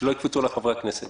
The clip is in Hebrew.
ושלא יקפצו עלי חברי הכנסת